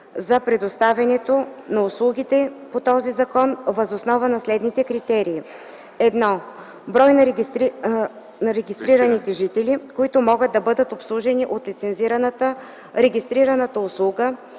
за предоставянето на услугите по този закон, въз основа на следните критерии: 1. брой на регистрираните жители, които могат да бъдат обслужени от лицензираната, регистрираната услуга